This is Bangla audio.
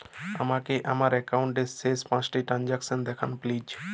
আমাকে আমার একাউন্টের শেষ পাঁচটি ট্রানজ্যাকসন দেখান প্লিজ